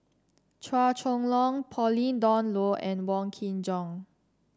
Chua Chong Long Pauline Dawn Loh and Wong Kin Jong